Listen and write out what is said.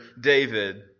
David